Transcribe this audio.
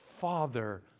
father